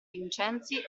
vincenzi